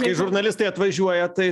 kai žurnalistai atvažiuoja tai